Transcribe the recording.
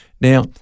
Now